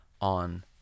on